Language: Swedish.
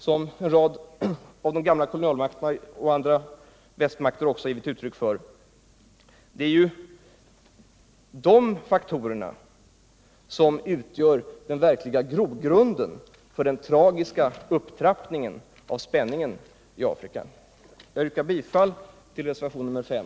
Så har ju en rad av de gamla kolonialmakterna och andra västmakter gjort. Det är dessa faktorer som utgör den verkliga grogrunden för den tragiska upptrappningen av spänningen i Afrika. Jag yrkar bifall till reservationen 5.